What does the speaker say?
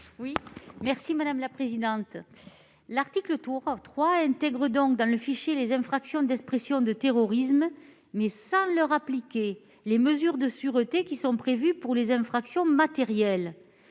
à Mme Gisèle Jourda. L'article 3 intègre dans le fichier les infractions d'expression de terrorisme, mais sans leur appliquer les mesures de sûreté prévues pour les infractions matérielles.